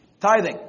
Tithing